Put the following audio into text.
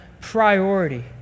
priority